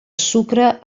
sucre